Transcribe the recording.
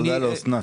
תודה לאוסנת.